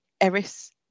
Eris